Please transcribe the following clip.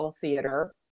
theater